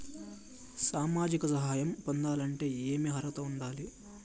సామాజిక సహాయం పొందాలంటే ఏమి అర్హత ఉండాలి?